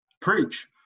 Preach